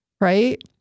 Right